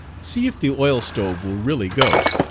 see if the oil-stove will really go.